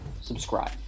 subscribe